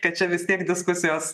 kad čia vis tiek diskusijos